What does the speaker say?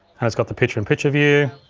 and it's got the picture-in-picture view,